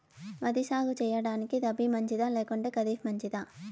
వరి సాగు సేయడానికి రబి మంచిదా లేకుంటే ఖరీఫ్ మంచిదా